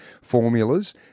formulas